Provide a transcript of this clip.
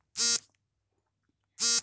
ಮಣ್ಣು ಹೇಗೆ ರಚನೆ ಆಗುತ್ತದೆ?